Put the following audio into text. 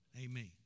Amen